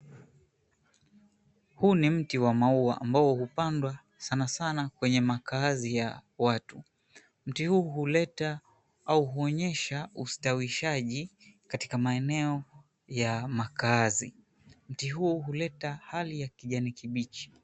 Huu ni mti wa maua ambao hupandwa sana sana kwenye makaazi ya watu. Mti huu huleta au huonyesha ustawishaji katika maeneo ya makaazi. Mti huu huleta hali ya kijani kibichi.